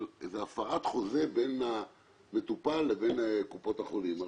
איזו הפרת חוזה בין המטופל לבין קופות החולים.